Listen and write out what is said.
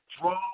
draw